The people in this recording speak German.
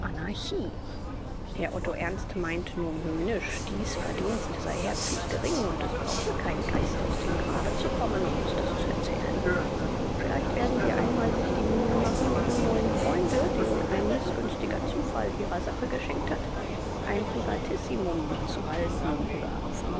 anarchie herr otto ernst meint nun höhnisch dies verdienst sei herzlich gering und es brauche kein geist aus dem grabe zu kommen um uns das zu erzählen vielleicht werden sie einmal sich die mühe machen ihrem neuen freunde den ein mißgünstiger zufall ihrer sache geschenkt hat ein privatissimum zu halten über